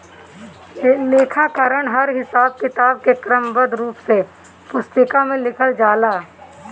लेखाकरण हर हिसाब किताब के क्रमबद्ध रूप से पुस्तिका में लिखल जाला